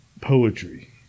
poetry